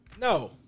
No